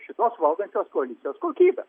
šitos valdančiosios koalicijos kokybę